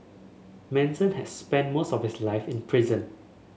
Manson had spent most of his life in prison